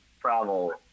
travel